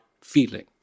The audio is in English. feeling